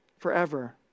forever